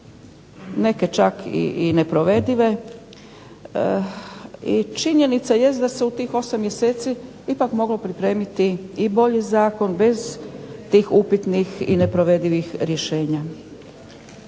neke čak i neprovedive, i činjenica jest da se u tih 8 mjeseci ipak moglo pripremiti i bolji zakon, bez tih upitnih i neprovedivih rješenja.